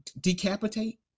decapitate